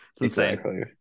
insane